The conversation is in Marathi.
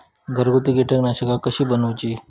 घरगुती कीटकनाशका कशी बनवूची?